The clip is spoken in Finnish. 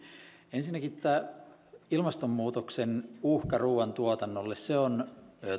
ensinnäkin tämä ilmastonmuutoksen uhka ruuantuotannolle se on